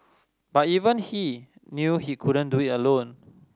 but even he knew he couldn't do it alone